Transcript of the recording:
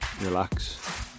relax